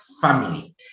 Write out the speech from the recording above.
family